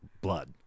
blood